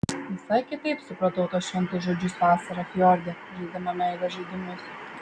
visai kitaip supratau tuos šventus žodžius vasarą fjorde žaisdama meilės žaidimus